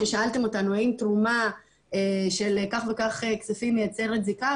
כששאלתם אותנו האם תרומה של כך וכך כספים מייצרת זיקה,